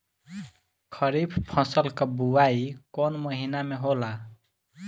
खरीफ फसल क बुवाई कौन महीना में होला?